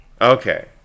Okay